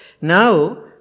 now